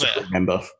remember